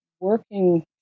working